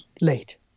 late